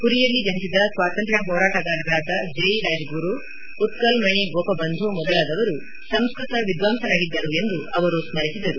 ಪುರಿಯಲ್ಲಿ ಜನಿಸಿದ ಸ್ವಾತಂತ್ರ್ತ ಹೋರಾಟಗಾರರಾದ ಜಯಿ ರಾಜ್ಗುರು ಉತ್ತಲ್ ಮಣಿ ಗೋಪಬಂಧು ಮೊದಲಾದವರು ಸಂಸ್ಟತ ವಿದ್ವಾಂಸರಾಗಿದ್ದರು ಎಂದು ಸ್ನರಿಸಿದರು